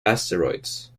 asteroids